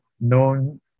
known